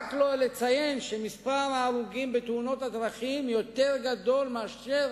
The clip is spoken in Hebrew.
ורק לציין שמספר ההרוגים בתאונות הדרכים יותר גדול מאשר